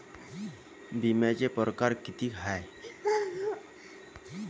बिम्याचे परकार कितीक हाय?